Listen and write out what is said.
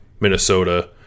Minnesota